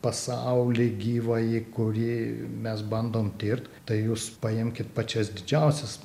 pasaulį gyvąjį kurį mes bandom tirt tai jūs paimkit pačias didžiausias